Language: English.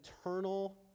eternal